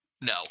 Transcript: No